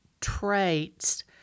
traits